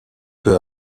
peu